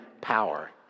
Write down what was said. power